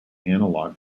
analog